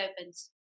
opens